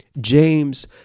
James